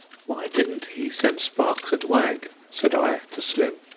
why didn't he send sparks at wag? said i to slim.